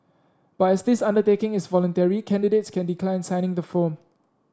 but as this undertaking is voluntary candidates can decline signing the form